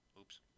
Oops